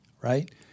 right